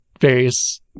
various